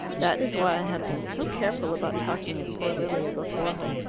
that is why i have been so careful about talking of poor lilia before her.